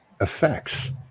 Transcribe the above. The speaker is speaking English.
effects